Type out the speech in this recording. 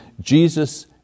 Jesus